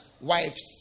wives